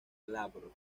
glabro